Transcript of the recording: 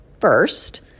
first